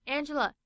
Angela